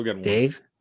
Dave